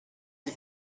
die